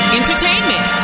entertainment